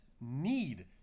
need